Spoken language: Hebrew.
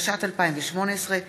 התשע"ט 2018,